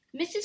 Mrs